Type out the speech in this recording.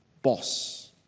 boss